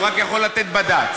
הוא רק יכול לתת בד"ץ.